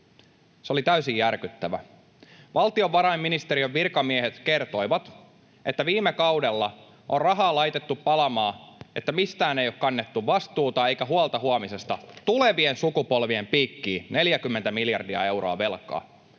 Se oli täysin järkyttävä. Valtiovarainministeriön virkamiehet kertoivat, että viime kaudella on rahaa laitettu palamaan, että mistään ei ole kannettu vastuuta eikä huolta huomisesta, tulevien sukupolvien piikkiin 40 miljardia euroa velkaa.